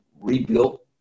rebuilt